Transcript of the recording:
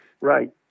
Right